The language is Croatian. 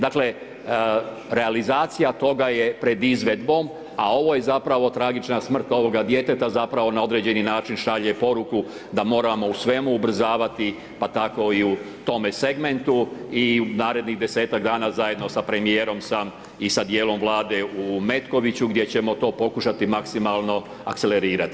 Dakle, realizacija toga je pred izvedbom, a ovo je zapravo tragična smrt ovoga djeteta zapravo na određeni način šalje poruku da moramo u svemu ubrzavati, pa tako i u tome segmentu i u narednih 10-tak dana zajedno sa premijerom sam i sa dijelom Vlade u Metkoviću gdje ćemo to pokušati maksimalno akcelerirati.